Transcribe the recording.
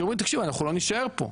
שאומרים תקשיבו, אנחנו לא נישאר פה,